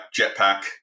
jetpack